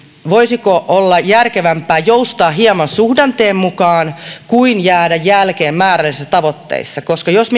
voisiko olla järkevämpää joustaa hieman suhdanteen mukaan kuin jäädä jälkeen määrällisissä tavoitteissa koska jos